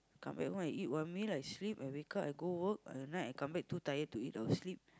come back and eat one meal I sleep and wake up go work at night I come back too tired to eat and sleep